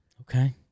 Okay